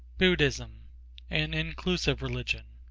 buddhism an inclusive religion